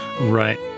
Right